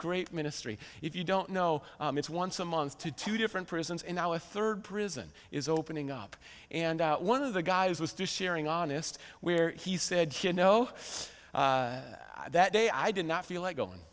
great ministry if you don't know it's once a month to two different prisons in our third prison is opening up and out one of the guys with you sharing honest where he said he no that day i did not feel like going